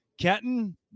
Kenton